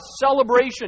celebration